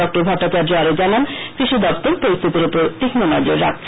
doctor Bhattacharya জানান কৃষি দপ্তর পরিস্থিতির উপর তীক্ষ নজর রাখছে